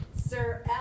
Sir